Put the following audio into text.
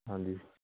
ਹਾਂਜੀ